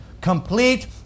Complete